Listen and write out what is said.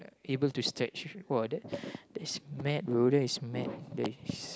able to stretch !wah! that's that's mad bro that is mad that is